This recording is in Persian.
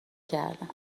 کردم